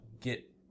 get